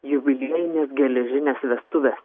jubiliejinis geležines vestuves